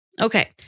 Okay